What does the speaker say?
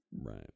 right